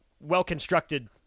well-constructed